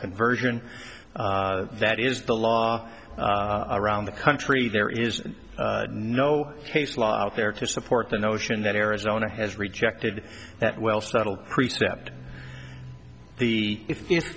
conversion that is the law around the country there is no case law out there to support the notion that arizona has rejected that well settled precept the